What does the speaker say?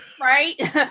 Right